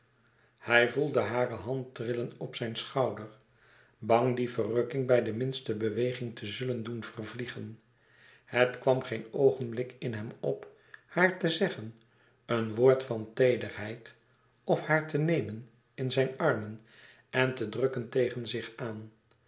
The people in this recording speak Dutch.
hij voelde hare hand trillen op zijn schouder bang die verrukking bij de minste belouis couperus extaze een boek van geluk weging te zullen doen vervliegen het kwam geen oogenblik in hem op haar te zeggen een woord van teederheid of haar te nemen in zijn armen en te drukken tegen zich aan